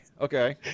okay